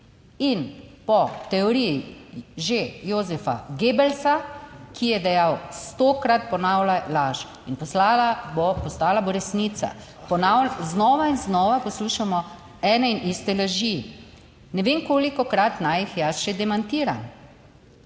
in po teoriji že Josepha Goebbelsa, ki je dejal, stokrat ponavljaj laž in poslala bo, postala bo resnica, znova in znova poslušamo ene in iste laži. Ne vem kolikokrat naj jih jaz še demantiram?